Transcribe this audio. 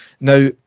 Now